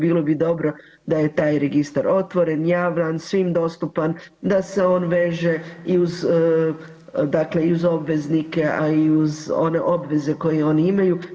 Bilo bi dobro da je taj registar otvoren, javan, svim dostupan, da se on veže i uz obveznike, a i uz one obveze koje oni imaju.